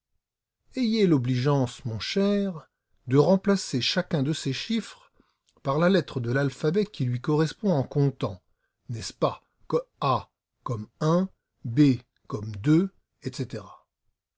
ayez l'obligeance mon cher de remplacer chacun de ces chiffres par la lettre de l'alphabet qui lui correspond en comptant n'est-ce pas a comme b comme etc